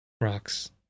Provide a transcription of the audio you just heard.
Rocks